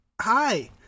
Hi